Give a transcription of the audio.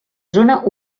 zona